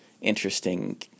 interesting